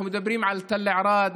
אנחנו מדברים על תל ערד,